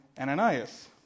Ananias